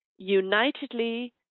unitedly